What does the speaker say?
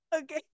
Okay